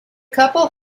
couple